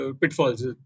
pitfalls